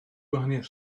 gwahaniaeth